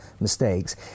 mistakes